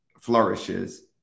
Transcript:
flourishes